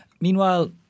Meanwhile